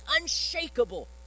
unshakable